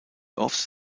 offs